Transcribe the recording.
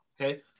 Okay